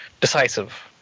decisive